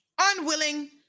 Unwilling